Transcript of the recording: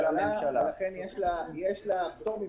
מיני פיצולי